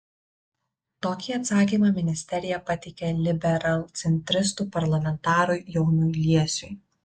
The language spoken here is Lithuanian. tokį atsakymą ministerija pateikė liberalcentristų parlamentarui jonui liesiui